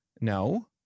no